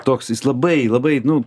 toks jis labai labai nu